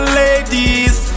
ladies